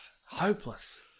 Hopeless